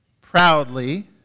proudly